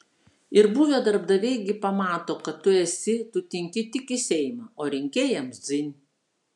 ir buvę darbdaviai gi pamato kad tu esi tu tinki tik į seimą o rinkėjams dzin